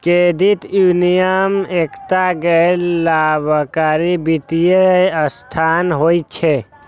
credit union एकटा गैर लाभकारी वित्तीय संस्थान होइ छै